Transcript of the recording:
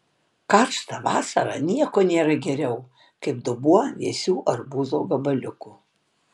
karštą vasarą nieko nėra geriau kaip dubuo vėsių arbūzo gabaliukų